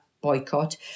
boycott